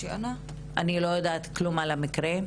אני לא יודעת כלום על המקרה.